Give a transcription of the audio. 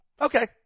okay